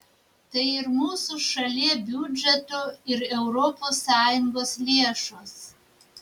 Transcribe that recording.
tai ir mūsų šalie biudžeto ir europos sąjungos lėšos